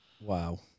Wow